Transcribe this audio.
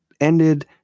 ended